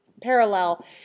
parallel